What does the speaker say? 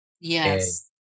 Yes